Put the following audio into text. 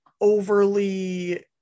overly